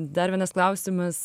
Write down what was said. dar vienas klausimas